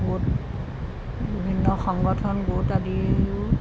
গোট বিভিন্ন সংগঠন গোট আদিও